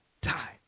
time